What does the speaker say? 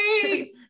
hey